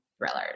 thrillers